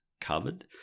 covered